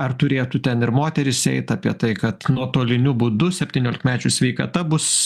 ar turėtų ten ir moterys eit apie tai kad nuotoliniu būdu septyniolikmečių sveikata bus